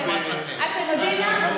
אתם יודעים מה?